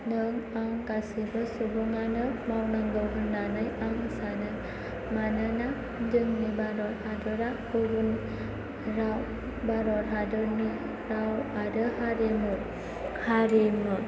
नों आं गासैबो सुबुङानो मावनांगौ होननानै आं सानो मानोना जोंनि भारत हादरनि राव आरो हारिमु